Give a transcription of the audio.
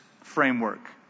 framework